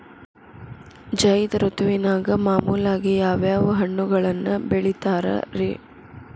ಝೈದ್ ಋತುವಿನಾಗ ಮಾಮೂಲಾಗಿ ಯಾವ್ಯಾವ ಹಣ್ಣುಗಳನ್ನ ಬೆಳಿತಾರ ರೇ?